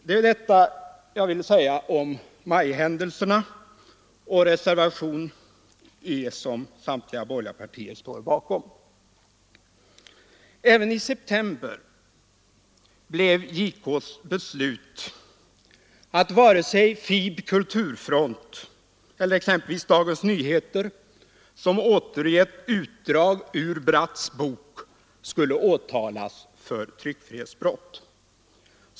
Det är detta jag vill säga om majhändelserna och reservationen E som samtliga borgerliga partier står bakom. Även i september blev JK:s beslut att inte vare sig FiB/Kulturfront eller Dagens Nyheter, som återgett utdrag ur Bratts bok, skulle åtalas för tryckfrihetsbrott.